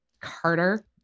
Carter